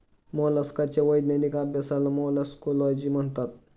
मोलस्काच्या वैज्ञानिक अभ्यासाला मोलॅस्कोलॉजी म्हणतात